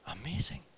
amazing